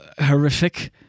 horrific